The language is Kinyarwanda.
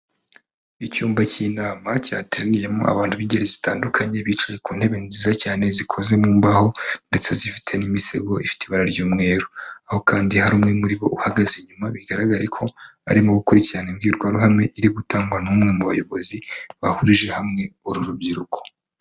Icyumba cy'inama cyateraniyemo abantu b'ingeri zitandukanye, bicaye ku ntebe nziza cyane zikoze mu mbaho ndetse zifite n'imisego ifite ibara ry'umweru. Aho kandi hari umwe muri bo uhagaze inyuma, bigaraga ko barimo gukurikirana imbwirwa ruhame iri gutangwa n'umwe mu bayobozi bahurije hamwe uru rubyiruko.